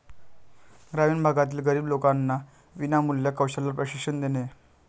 ग्रामीण भागातील गरीब लोकांना विनामूल्य कौशल्य प्रशिक्षण देणे